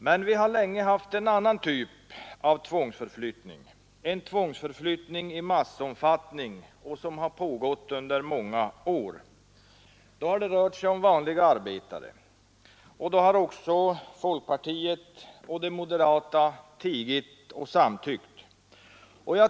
Men vi har länge haft en annan typ av tvångsförflyttning — en tvångsförflyttning i massomfattning som har pågått under många år. Det har rört sig om vanliga arbetare. Då har också folkpartiet och de moderata tigit och samtyckt.